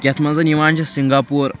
یَتھ منٛز یِوان چھِ سِنگاپوٗر